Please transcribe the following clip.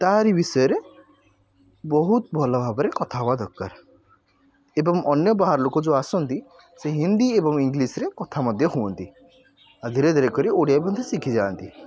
ତାହାରି ବିଷୟରେ ବହୁତ ଭଲ ଭାବରେ କଥା ହଏବା ଦରକାର ଏବଂ ଅନ୍ୟ ବାହାର ଲୋକ ଜେଉନ ଆସନ୍ତି ସେ ହିନ୍ଦୀ ଏବଂ ଇଂଲିଶ୍ରେ କଥା ମଧ୍ୟ ହୁଅନ୍ତି ଧିରେ ଧିରେ କରି ଓଡ଼ିଆ ମଧ୍ୟ ଶିଖିଯାଆନ୍ତି